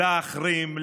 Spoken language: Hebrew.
להחרים,